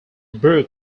brook